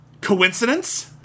Coincidence